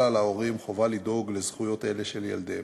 על ההורים חובה לדאוג לזכויות אלו של ילדיהם.